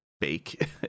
bake